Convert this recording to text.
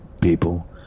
people